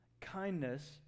kindness